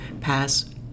pass